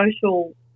social